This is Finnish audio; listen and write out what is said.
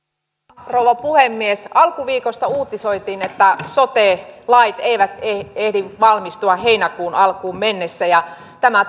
arvoisa rouva puhemies alkuviikosta uutisoitiin että sote lait eivät eivät ehdi valmistua heinäkuun alkuun mennessä ja tämä